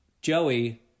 Joey